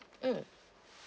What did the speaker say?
mmhmm